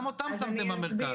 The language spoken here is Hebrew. גם אותם שמתם במרכז.